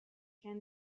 can